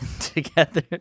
together